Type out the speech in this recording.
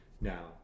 now